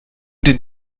den